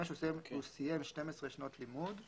(5) הוא סיים 12 שנות לימוד,